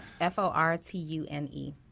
F-O-R-T-U-N-E